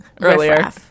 earlier